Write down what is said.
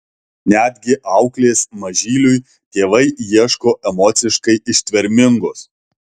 netgi auklės mažyliui tėvai ieško emociškai ištvermingos